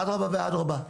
אדרבה ואדרבה,